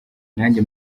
nanjye